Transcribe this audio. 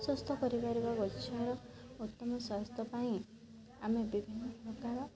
ସୁସ୍ଥ କରିପାରିବା ଗଛ ଉତ୍ତମ ସ୍ଵାସ୍ଥ୍ୟ ପାଇଁ ଆମେ ବିଭିନ୍ନ ପ୍ରକାର